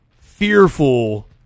fearful